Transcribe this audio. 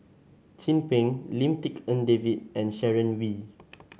Chin Peng Lim Tik En David and Sharon Wee